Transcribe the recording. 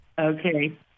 Okay